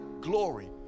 glory